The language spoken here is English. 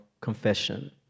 confession